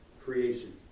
creation